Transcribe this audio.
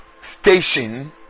station